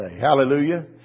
Hallelujah